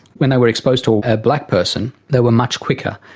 when they were exposed to a black person, they were much quicker.